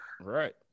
right